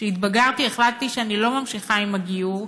כשהתבגרתי החלטתי שאני לא ממשיכה בגיור,